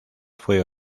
fue